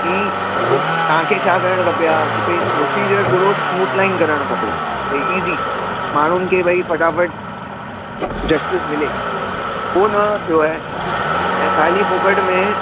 की तव्हां खे छा करणु खपे हा की बई प्रोसीजर थोरो स्मूथ लाइन करणु खपे हा बई ईज़ी माण्हुनि खे बई फटाफट जस्टिस मिले पोइ न थियो ऐं ख़ाली फ़ोक्ट में